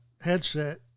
headset